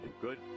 good